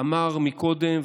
אמר מקודם,